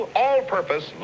all-purpose